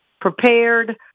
prepared